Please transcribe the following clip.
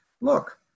look